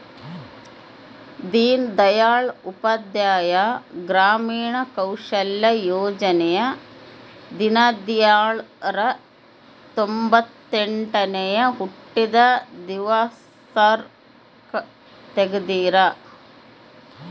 ದೀನ್ ದಯಾಳ್ ಉಪಾಧ್ಯಾಯ ಗ್ರಾಮೀಣ ಕೌಶಲ್ಯ ಯೋಜನೆ ದೀನ್ದಯಾಳ್ ರ ತೊಂಬೊತ್ತೆಂಟನೇ ಹುಟ್ಟಿದ ದಿವ್ಸಕ್ ತೆಗ್ದರ